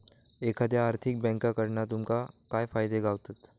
एखाद्या आर्थिक बँककडना तुमका काय फायदे गावतत?